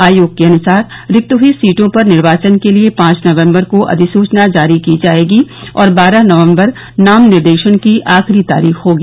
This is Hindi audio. आयोग के अनुसार रिक्त हई सीटों पर निर्वाचन के लिये पांच नवम्बर को अधिसूचना जारी की जायेगी और बारह नवम्बर नाम निर्देशन की आखिरी तारीख होगी